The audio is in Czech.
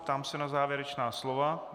Ptám se na závěrečná slova.